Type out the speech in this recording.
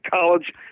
college